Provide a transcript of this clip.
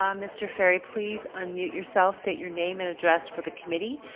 um mr. ferre, please unmute yourself, state your name and address for the committee.